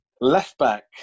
Left-back